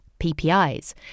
PPIs